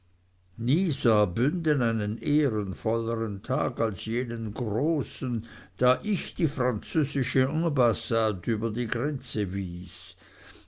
sah bünden einen ehrenvollern tag als jenen großen da ich die französische ambassade über die grenze wies